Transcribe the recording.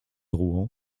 rouen